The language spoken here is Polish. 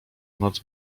noc